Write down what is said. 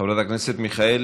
חברת הכנסת מיכאלי,